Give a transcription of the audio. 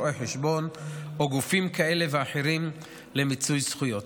רואי חשבון או גופים כאלה ואחרים למיצוי זכויות.